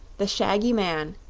the shaggy man,